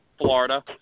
Florida